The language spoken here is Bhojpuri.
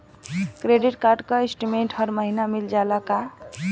क्रेडिट कार्ड क स्टेटमेन्ट हर महिना मिल जाला का?